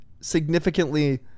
significantly